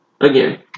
Again